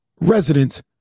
resident